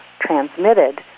transmitted